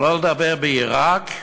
שלא לדבר בעיראק,